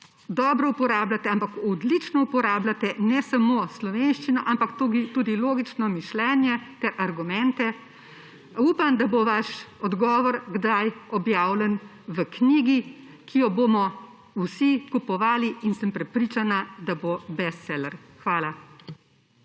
dobro uporabljate, ampak odlično uporabljate ne samo slovenščino, ampak tudi logično mišljenje ter argumente. Upam, da bo vaš odgovor kdaj objavljen v knjigi, ki jo bomo vsi kupovali, in sem prepričana, da bo bestseler. Hvala.